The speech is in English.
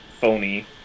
phony